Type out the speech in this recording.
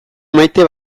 maite